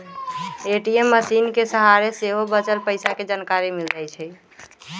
ATM मशीनके सहारे सेहो बच्चल पइसा के जानकारी मिल जाइ छइ